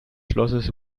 schlosses